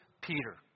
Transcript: Peter